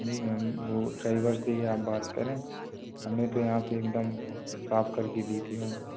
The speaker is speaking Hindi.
जी मैम वो ड्राइवर से ही आप बात करें हम ने तो यहाँ से एक दम साफ़ कर के दी थी मैम